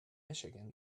michigan